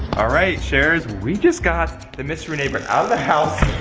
all right shares, we just got the mystery neighbor out of the house,